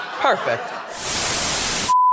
perfect